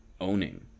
owning